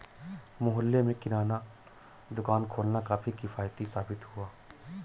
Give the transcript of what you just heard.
मोहल्ले में किराना दुकान खोलना काफी किफ़ायती साबित हुआ